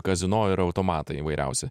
kazino ir automatai įvairiausi